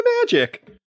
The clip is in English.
magic